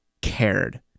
cared